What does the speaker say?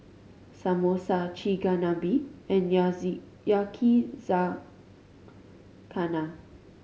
Samosa Chigenabe and Yakizakana